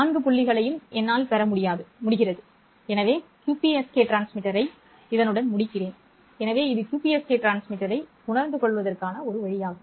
நான்கு புள்ளிகளையும் என்னால் பெற முடிகிறது எனவே QPSK டிரான்ஸ்மிட்டரை முடிக்கிறேன் எனவே இது QPSK டிரான்ஸ்மிட்டரை உணர்ந்து கொள்வதற்கான ஒரு வழியாகும்